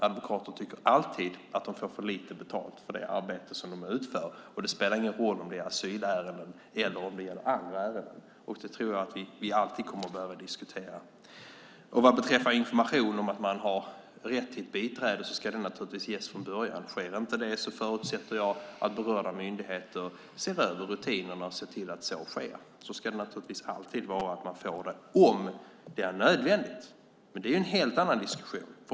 Advokater tycker alltid att de får för lite betalt för det arbete som de utför, och det spelar ingen roll om det är asylärenden eller om det är andra ärenden. Det tror jag att vi alltid kommer att behöva diskutera. Information om att man har rätt till ett biträde ska naturligtvis ges från början. Sker inte det förutsätter jag att berörda myndigheter ser över rutinerna och ser till att så sker. Det ska naturligtvis alltid vara så att man får det om det är nödvändigt. Men det är en helt annan diskussion.